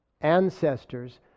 ancestors